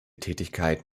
tätigkeit